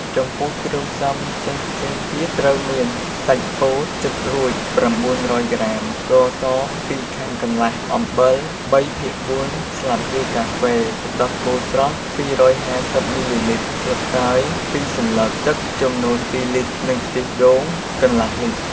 ចំពោះគ្រឿងផ្សំផ្សេងៗទៀតត្រូវមាន សាច់ពោតចិតរួច ៩០០ ក្រាម ស្ករស២ខាំកន្លះ អំបិល ៣ភាគ៤ស្លាបព្រាកាហ្វេ ទឹកដោះគោស្រស់២៥០មីលីលីត្រ ស្លឹកតើយ២សន្លឹក ទឹកចំនួន ២លីត្រនិងខ្ទិះដូង កន្លះលីត្រ។